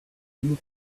the